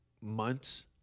months